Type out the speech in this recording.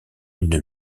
une